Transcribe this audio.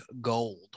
gold